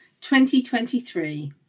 2023